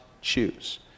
choose